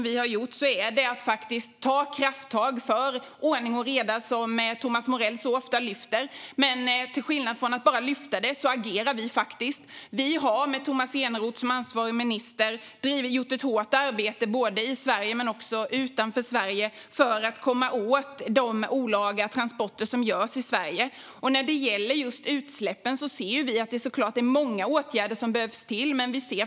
Vi har tagit krafttag för den ordning och reda som Thomas Morell ofta efterfrågar. Men i stället för att bara efterfråga har vi agerat. Vi har med Tomas Eneroth som ansvarig minister arbetat hårt både i och utanför Sverige för att komma åt de olagliga transporterna i Sverige. Vad gäller utsläppen är det givetvis många åtgärder som krävs.